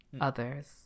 others